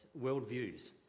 worldviews